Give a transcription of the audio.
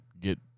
get